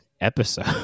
episode